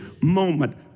moment